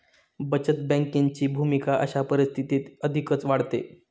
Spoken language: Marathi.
बचत बँकेची भूमिका अशा परिस्थितीत अधिकच वाढते